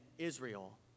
Israel